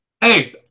Hey